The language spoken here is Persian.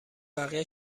بقیه